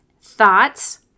thoughts